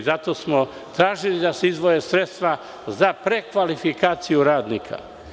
Zato smo i tražili da se izdvoje sredstva za prekvalifikaciju radnika.